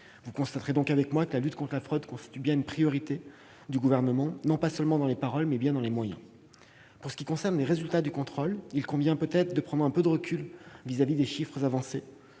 vous constaterez avec moi que la lutte contre la fraude constitue bien une priorité du Gouvernement, non pas seulement dans les paroles, mais bien dans les moyens. Pour ce qui concerne les résultats du contrôle, il convient peut-être de prendre un peu de recul à l'égard des chiffres avancés.